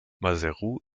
maseru